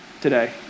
today